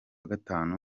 gatanu